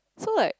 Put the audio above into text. so like